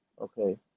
okay